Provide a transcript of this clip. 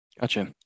Gotcha